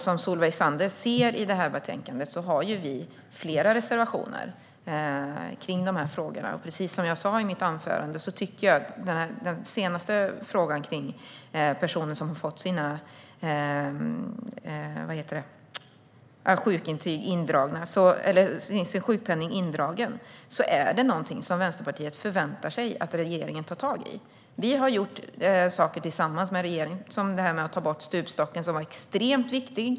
Som Solveig Zander ser i betänkandet har vi flera reservationer, och som jag sa i mitt anförande är frågan om personer som har fått sin sjukpenning indragen något som Vänsterpartiet förväntar sig att regeringen tar tag i. Vi har gjort saker tillsammans med regeringen, till exempel att ta bort stupstocken, vilket var extremt viktigt.